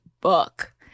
book